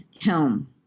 helm